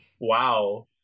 wow